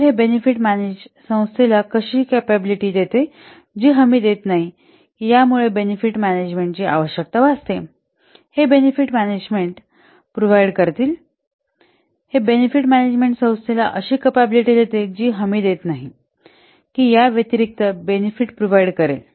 तर हे benefit management संस्थेला अशी कॅपॅबिलिटी देते जी हमी देत नाही की यामुळे बेनेफिट मॅनेजमेंटची आवश्यकता भासते हे बेनिफिट मानजमेंट प्रूव्हाइड करतील हे बेनेफिट मॅनेजमेंट संस्थेला अशी कॅपॅबिलिटी देते जी हमी देत नाही की या व्यतिरिक्त बेनेफिट प्रूव्हाइड करेल